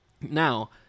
Now